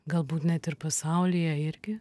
galbūt net ir pasaulyje irgi